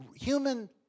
human